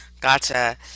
Gotcha